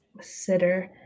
Sitter